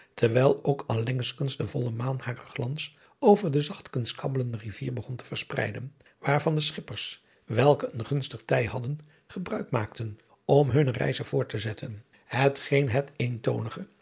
terwijl ook allengskens de volle maan haren glans over de zachtkens kabbelende rivier begon te verspreiden waarvan de schippers welke een gunstig tij hadden gebruik maakten om hunne reize voort te zetten het